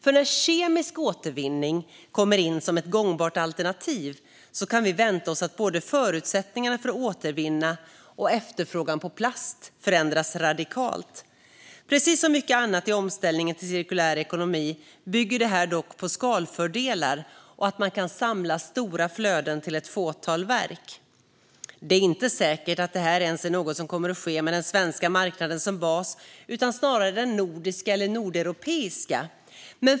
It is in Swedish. När kemisk återvinning kommer in som ett gångbart alternativ kan vi vänta oss att både förutsättningarna för att återvinna och efterfrågan på plast förändras radikalt. Precis som mycket annat i omställningen till cirkulär ekonomi bygger det här dock på skalfördelar och att man kan samla stora flöden till ett fåtal verk. Det är inte säkert att det här ens är något som kommer att ske med den svenska marknaden som bas, utan det blir snarare den nordiska eller nordeuropeiska.